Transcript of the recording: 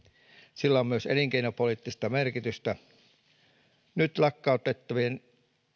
sillä on myös elinkeinopoliittista merkitystä kun nyt lakkautettavien